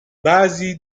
بعضی